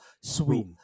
Sweet